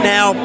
Now